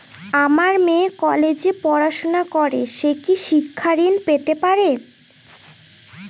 আমার মেয়ে কলেজে পড়াশোনা করে সে কি শিক্ষা ঋণ পেতে পারে?